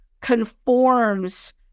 conforms